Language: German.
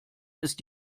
ist